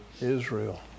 Israel